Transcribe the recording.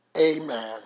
Amen